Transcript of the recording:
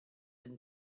been